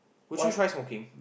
would you try smoking